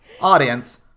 audience